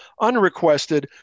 unrequested